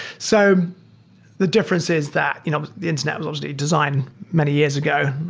so the difference is that you know the internet was obviously designed many years ago.